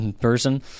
person